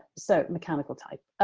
so mechanical type.